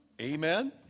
Amen